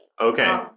okay